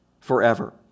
Forever